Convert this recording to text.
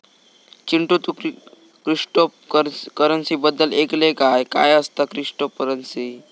चिंटू, तू क्रिप्टोकरंसी बद्दल ऐकलंस काय, काय असता क्रिप्टोकरंसी?